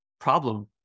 problem